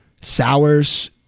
sours